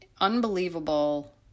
unbelievable